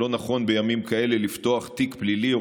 לא נכון בימים כאלה לפתוח תיק פלילי או